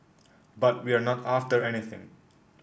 but we're not after anything